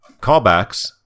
callbacks